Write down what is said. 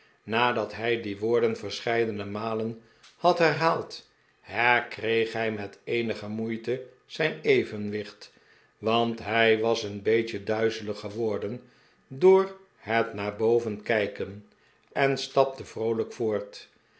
nadat hij die woorden verscheidene malen had herhaald herkreeg hij met eenige moeite zijn evenwicht want hij was een beetje duizelig geworden door het naar boven kijken en stapte vroolijk voort